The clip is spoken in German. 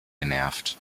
genervt